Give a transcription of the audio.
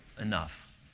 enough